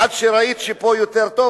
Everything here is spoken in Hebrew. עד שראית שפה יותר טוב.